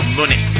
money